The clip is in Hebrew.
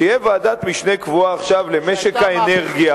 תהיה עכשיו ועדת משנה קבועה למשק האנרגיה,